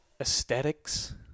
aesthetics